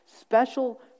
special